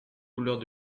couleurs